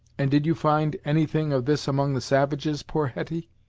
and did you find any thing of this among the savages, poor hetty?